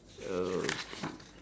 okay